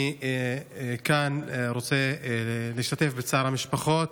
מכאן אני רוצה להשתתף בצער המשפחות